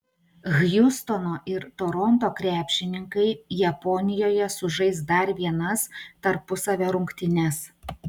hjustono ir toronto krepšininkai japonijoje sužais dar vienas tarpusavio rungtynes